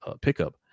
pickup